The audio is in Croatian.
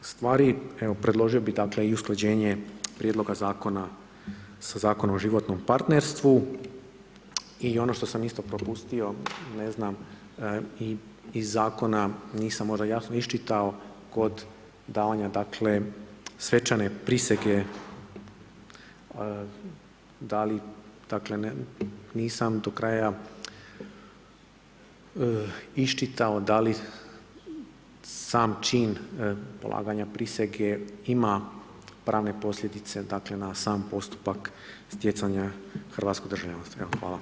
Što se tiče, još nekih stvari, evo predložio bi dakle, usklađenje prijedloga zakona, sa Zakonom o državnom partnerstvu i ono što sam isto propustio, ne znam, iz zakona, nisam možda jasno iščitao, kod davanja dakle, svečane prisege da li dakle, nisam do kraja iščitao, da li sam čin polaganja prisege ima pravne posljedice na sam postupak stjecanja hrvatskog državljanstva.